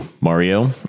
Mario